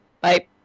Bye